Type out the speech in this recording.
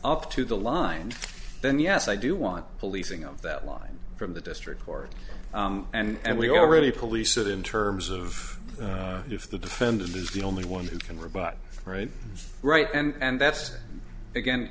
up to the line then yes i do want policing of that line from the district court and we already police it in terms of if the defendant is the only one who can rebut right right and that's again